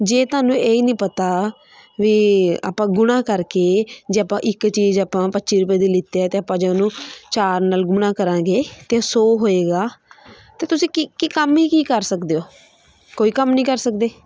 ਜੇ ਤੁਹਾਨੂੰ ਇਹ ਹੀ ਨਹੀਂ ਪਤਾ ਵੀ ਆਪਾਂ ਗੁਣਾ ਕਰਕੇ ਜੇ ਆਪਾਂ ਇੱਕ ਚੀਜ਼ ਆਪਾਂ ਪੱਚੀ ਰੁਪਏ ਦੀ ਲਿੱਤੀ ਹੈ ਅਤੇ ਆਪਾਂ ਜੇ ਉਹਨੂੰ ਚਾਰ ਨਾਲ ਗੁਣਾ ਕਰਾਂਗੇ ਤਾਂ ਸੌ ਹੋਏਗਾ ਤਾਂ ਤੁਸੀਂ ਕੀ ਕੀ ਕੰਮ ਹੀ ਕੀ ਕਰ ਸਕਦੇ ਹੋ ਕੋਈ ਕੰਮ ਨਹੀਂ ਕਰ ਸਕਦੇ